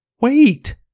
Wait